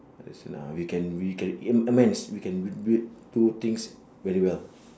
yes lah we can we can you know amends we can do do things very well